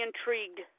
intrigued